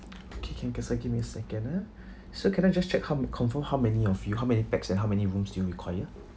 okay can okay sir uh give me a second ah so can I just check how m~ confirm how many of you how many pax and how many rooms do you require